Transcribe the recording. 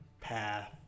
path